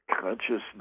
consciousness